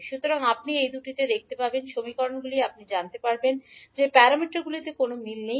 সুতরাং আপনি এই দুটি দেখতে পাবেন সমীকরণগুলি আপনি জানতে পারবেন যে প্যারামিটারগুলিতে কোনও মিল নেই